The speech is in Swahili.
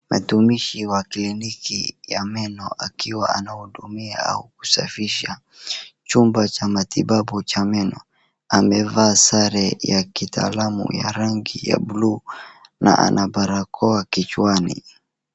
Mtumishi wa kliniki ya meno akiwa anahudumia au kusafisha chumba cha matibabu cha meno. Amevaa sare ya kitaalamu ya rangi ya blue na ana barakoa kichwani.